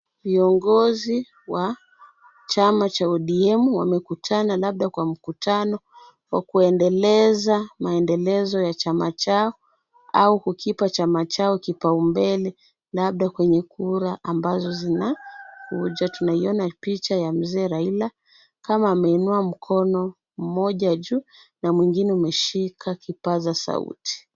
Viongozi wa chama cha ODM, wamekutana labda kwa mkutano wa kuendeleza maendelezo ya chama chao au kukipa chama chao kipao mbele, labda kwenye kura ambazo zinakuja. Tunaiona picha ya mzee Raila, kama ameinua mkono mmoja juu na mwingine umeshika kipasa sauti.